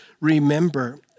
remember